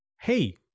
Hey